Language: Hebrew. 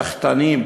סחטנים,